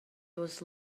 was